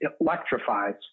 electrifies